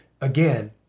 Again